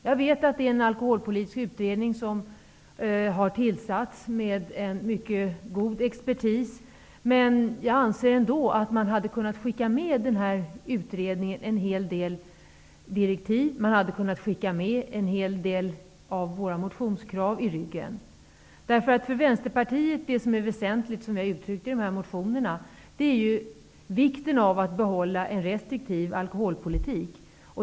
Jag vet att det är en alkoholpolitisk utredning som har tillsatts med mycket god expertis, men jag anser ändå att man hade kunnat skicka med en hel del direktiv. Man hade kunnat skicka med en hel del av våra motionskrav. Det som är väsentligt för Vänsterpartiet, och som vi har uttryckt i den här motionen, är att behålla en restriktiv alkoholpolitik.